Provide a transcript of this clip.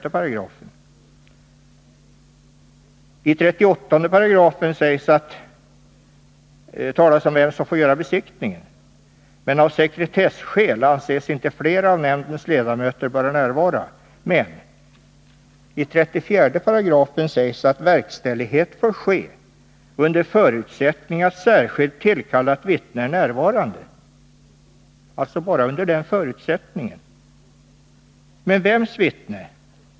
138 § talas om vilka som får utföra besiktning. Men av sekretesskäl bör inte flera av nämndens ledamöter närvara. 134 § sägs att verkställighet får ske under förutsättning att särskilt tillkallat vittne är närvarande. Men vems vittne?